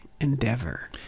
endeavor